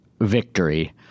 victory